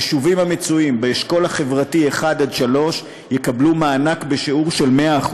יישובים באשכול חברתי 1 3 יקבלו מענק בשיעור של 100%,